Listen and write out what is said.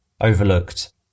overlooked